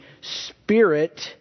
spirit